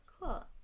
Cool